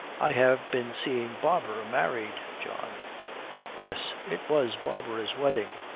i have been seeing barbara married, john yes, it was barbara's wedding.